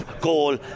goal